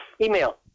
Email